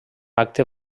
acte